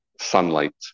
sunlight